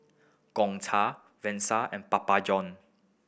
Gongcha Versace and Papa Johns